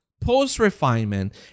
post-refinement